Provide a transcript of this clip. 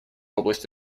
области